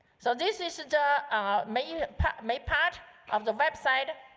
so this is the main main part of the website,